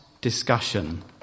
discussion